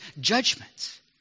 judgments